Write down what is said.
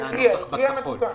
שיהיה כתוב בחוק,